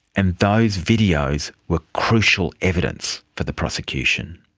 and those videos were crucial evidence for the prosecution.